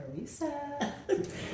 Carissa